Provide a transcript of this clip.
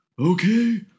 Okay